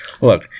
Look